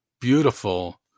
beautiful